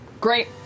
Great